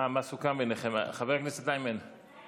מה סוכם ביניכם, חבר הכנסת איימן ישיב?